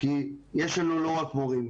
כי יש לנו לא רק מורים,